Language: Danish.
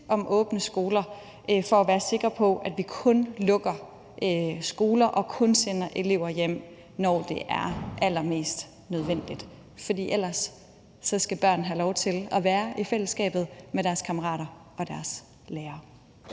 om åbne skoler for at være sikre på, at vi kun lukker skoler og kun sender elever hjem, når det er allermest nødvendigt, for ellers skal børn have lov til at være i fællesskabet med deres kammerater og deres lærere.